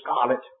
scarlet